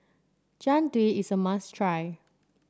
Jian Dui is a must try